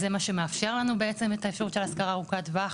זה מה שמאפשר לנו בעצם את האפשרות של ההשכרה ארוכת הטווח,